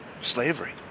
slavery